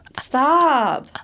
Stop